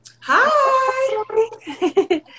hi